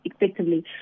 effectively